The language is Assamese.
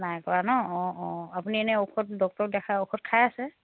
নাই কৰা নহ্ অঁ অঁ আপুনি এনেই ঔষধ ডক্টৰক দেখাই ঔষধ খাই আছে